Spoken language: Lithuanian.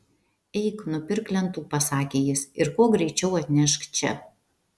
eik nupirk lentų pasakė jis ir kuo greičiau atnešk čia